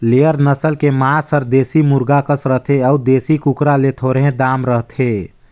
layer नसल के मांस हर देसी मुरगा कस रथे अउ देसी कुकरा ले थोरहें दाम रहथे